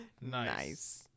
Nice